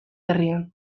herrian